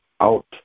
out